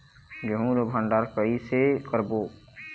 गेहूं ला भंडार कई से करबो?